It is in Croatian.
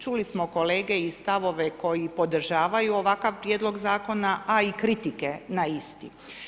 Čuli smo kolege i stavove koji podržavaju ovakav Prijedlog Zakona, a i kritike na isti.